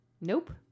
Nope